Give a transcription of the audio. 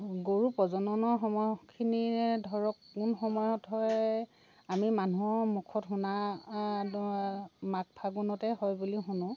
গৰু প্ৰজননৰ সময় খিনিয়ে ধৰক কোন সময়ত হয় আমি মানুহৰ মুখত শুনা মাঘ ফাগুণতে হয় বুলি শুনোঁ